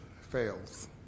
fails